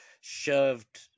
shoved